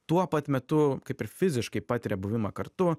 tuo pat metu kaip ir fiziškai patiria buvimą kartu